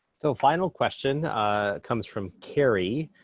so final question comes from carrie,